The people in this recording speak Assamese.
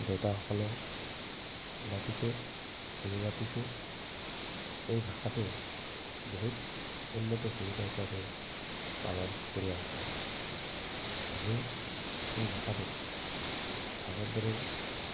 দেউতাসকলেও মাতিছে আমি মাতিছোঁ এই ভাষাটোৱে বহুত উন্নত সংখ্যা হিচাপে পালন কৰি আহিছে আমি এই ভাষাটোক আগৰ দৰে